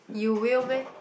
you will meh